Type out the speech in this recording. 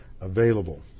available